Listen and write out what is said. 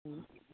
ہوں